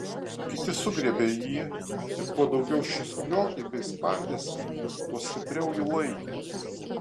kiti sugriebė jį ir kuo daugiau šis kriokė bei spardėsi tuo stipriau jį laikė